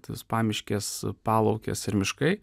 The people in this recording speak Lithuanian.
tos pamiškės palaukės ir miškai